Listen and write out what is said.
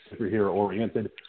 superhero-oriented